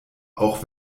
auch